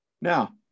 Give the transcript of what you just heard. Now